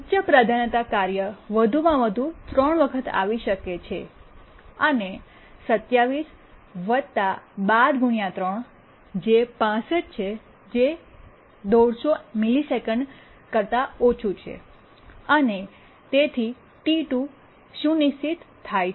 ઉચ્ચ પ્રાધાન્યતા કાર્ય વધુમાં વધુ 3 વખત આવી શકે છે અને 27 12 ∗ 3 65 150 એમએસ અને તેથી T2 ટી૨ સુનિશ્ચિત છે